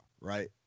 right